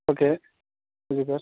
okay okay sir